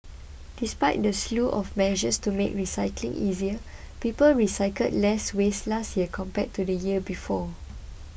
despite the slew of measures to make recycling easier people recycled less waste last year compared to the year before